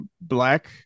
black